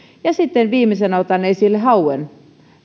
sitten viimeisenä otan esille hauen meillä